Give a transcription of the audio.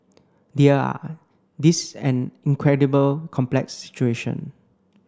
dear ah this is an incredible complex situation